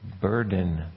burden